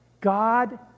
God